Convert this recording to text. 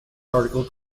article